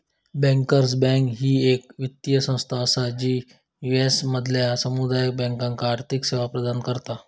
bankers bank ही येक वित्तीय संस्था असा जी यू.एस मधल्या समुदाय बँकांका आर्थिक सेवा प्रदान करता